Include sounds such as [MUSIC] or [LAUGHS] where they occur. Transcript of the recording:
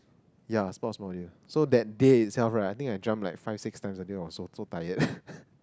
ya sports module so that day itself right I think I jump like five six times I think it was so so tired [LAUGHS]